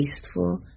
tasteful